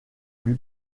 lui